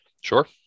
sure